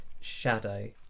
shadow